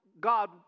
God